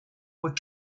were